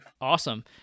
awesome